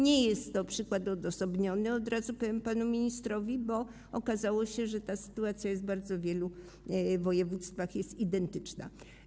Nie jest to przykład odosobniony, od razu powiem to panu ministrowi, bo okazało się, że taka sytuacja jest bardzo w wielu województwach i jest identyczna.